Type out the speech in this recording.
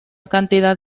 cantidad